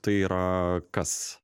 tai yra kas